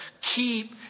keep